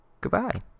Goodbye